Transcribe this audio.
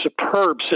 superb